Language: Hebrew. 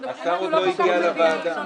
השר עוד לא הגיע לוועדה.